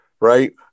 right